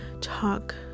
talk